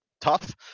tough